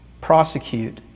prosecute